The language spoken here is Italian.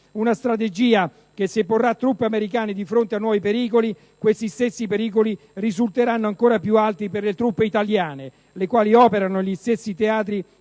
una strategia che porrà le truppe americane di fronte a nuovi pericoli, che risulteranno ancora più alti per le truppe italiane, le quali operano negli stessi teatri di